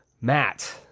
Matt